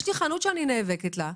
יש לי חנות שאני נאבקת עליה,